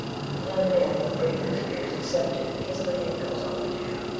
the young man, with grateful tears, accepted and kissed the hand that was offered to him.